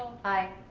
aye.